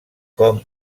com